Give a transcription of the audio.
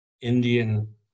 Indian